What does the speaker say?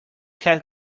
cat